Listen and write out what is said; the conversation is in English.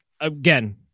again